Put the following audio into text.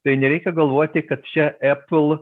tai nereikia galvoti kad čia epul